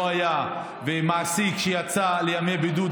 ומעסיק שיצא לימי בידוד,